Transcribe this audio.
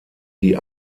die